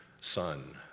son